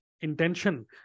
intention